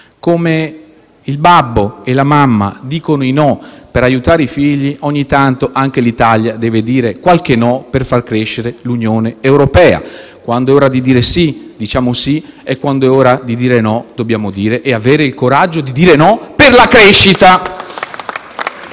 Come il babbo e la mamma dicono no per aiutare i figli, ogni tanto anche l'Italia deve dire qualche no per far crescere l'Unione europea. Quando è ora di dire sì, lo diciamo, e quando è ora di dire no, dobbiamo dirlo e avere il coraggio di farlo per la crescita.